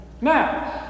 Now